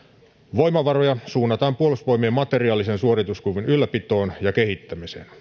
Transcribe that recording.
voimavaroja suunnataan puolustusvoimien materiaalisen suorituskyvyn ylläpitoon ja kehittämiseen